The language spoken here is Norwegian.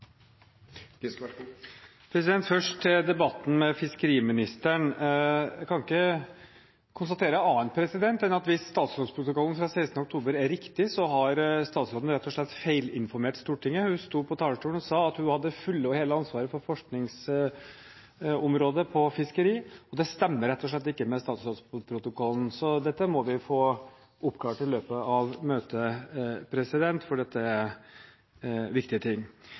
riktig, har statsråden rett og slett feilinformert Stortinget. Hun sto på talerstolen og sa at hun hadde det fulle og hele ansvaret for forskningsområdet innen fiskeri. Det stemmer rett og slett ikke med statsrådsprotokollen. Dette må vi få oppklart i løpet av møtet, for dette er